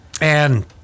and-